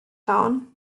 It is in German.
town